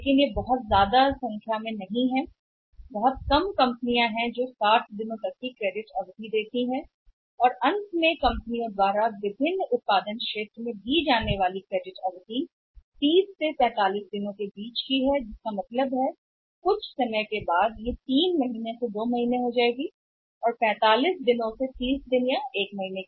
लेकिन वे साधन नहीं हैं बड़ी संख्या में बहुत कम कंपनियां 60 दिनों तक और अंत में क्रेडिट अवधि दे रही हैं कंपनियों द्वारा विभिन्न विनिर्माण क्षेत्रों में दी गई ऋण अवधि कहीं 30 है 45 दिनों के लिए जिसका मतलब है कि यह 3 महीने से 2 महीने के लिए 45 पर आ गया है दिन और 45 दिन से 30 दिन 1 महीने